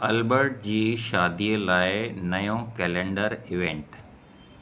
Albert जी शादीअ लाइ नयों कैलेंडर इवेंट